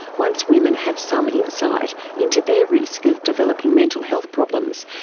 once women have some insight into their risk of developing mental health problems,